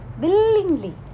willingly